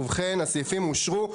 ובכן, הסעיפים אושרו.